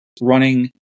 running